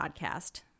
podcast